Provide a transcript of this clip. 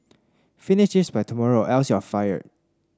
finish this by tomorrow else you'll fired